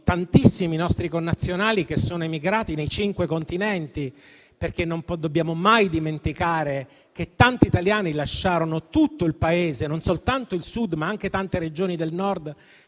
tantissimi nostri connazionali che sono emigrati nei cinque continenti. Non dobbiamo mai dimenticare che tanti italiani lasciarono tutto il Paese, e non soltanto il Sud, ma anche tante Regioni del Nord,